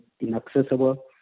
inaccessible